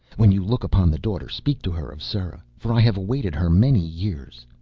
when you look upon the daughter speak to her of sera, for i have awaited her many years.